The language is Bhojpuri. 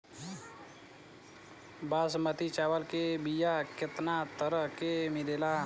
बासमती चावल के बीया केतना तरह के मिलेला?